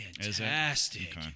fantastic